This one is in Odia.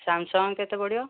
ସ୍ୟାମସଙ୍ଗ କେତେ ପଡ଼ିବ